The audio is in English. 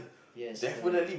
yes correct